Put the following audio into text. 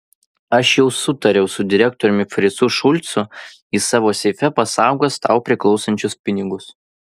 aš jau sutariau su direktoriumi fricu šulcu jis savo seife pasaugos tau priklausančius pinigus